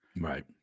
Right